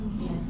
Yes